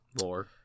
Lore